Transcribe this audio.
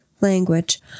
language